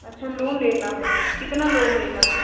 अच्छा लोन लेना है कितना लोन लेना है